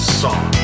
song